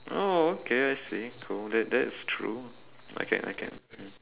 oh okay I see cool that that is true I can I can hmm